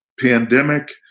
pandemic